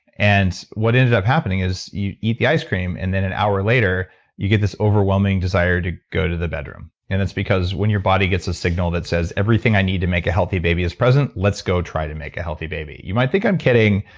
and what ended up happening is you'd eat that ice cream, and then an hour later you get this overwhelming desire to go to the bedroom. and it's because, when your body get a signal that says, everything i need to make a healthy baby is present, let's go try to make a healthy baby. you might think i'm kidding,